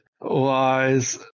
lies